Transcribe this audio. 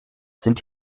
sind